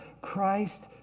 Christ